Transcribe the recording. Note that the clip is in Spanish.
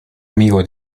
amigo